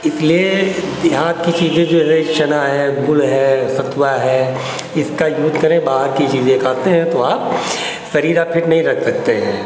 इसलिए हाथ की चीज़ें जो है चना है सतुआ है इसका उपयोग करें बाहर की चीज़ें खाते हैं तो आप शरीर आप फिट नहीं रख सकते